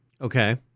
Okay